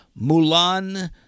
Mulan